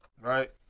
right